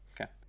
Okay